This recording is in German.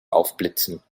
aufblitzen